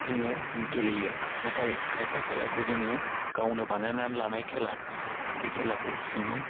जोङो गेलेयो नाथाइ खायफा खेलाखौ जोङो गावनो बानायना लानाय खेला बे खेलाखौ जोङो